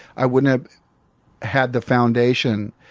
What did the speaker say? i wouldn't have had the foundation.